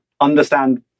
understand